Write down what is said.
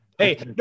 Hey